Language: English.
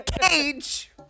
cage